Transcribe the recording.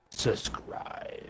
Subscribe